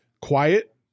quiet